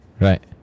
Right